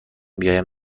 بیایم